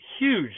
huge